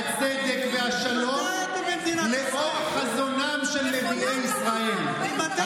הצדק והשלום לאור חזונם של נביאי ישראל." מכונת הרעל,